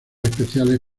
espaciales